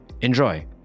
enjoy